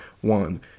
one